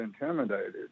intimidated